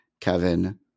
Kevin